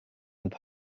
und